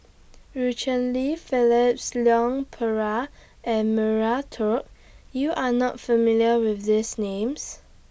EU Cheng Li Phyllis Leon Perera and Maria Hertogh YOU Are not familiar with These Names